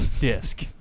disc